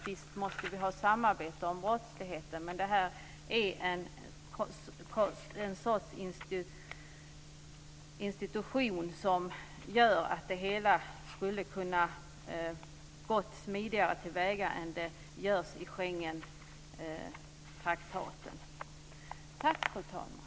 Visst måste vi ha samarbete om brottsligheten, men detta är den sorts institution som gör att man skulle ha kunnat gå smidigare till väga än vad som görs i Schengentraktaten. Tack, fru talman.